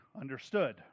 understood